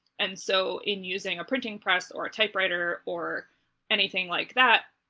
and so in using a printing press or a typewriter or anything like that,